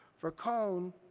for cone,